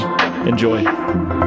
Enjoy